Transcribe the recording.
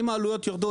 ואם העלויות יורדות,